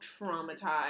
traumatized